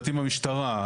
אם המשטרה,